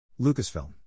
Lucasfilm